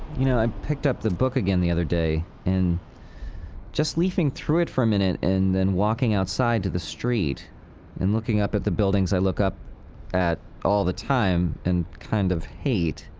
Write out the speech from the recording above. you know i picked up the book again the other day and just leafing through it for a minute and then walking outside to the street and looking up at the buildings i look up at all the time and kind of hate.